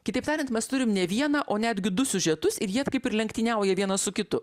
kitaip tariant mes turim ne vieną o netgi du siužetus ir jie kaip ir lenktyniauja vienas su kitu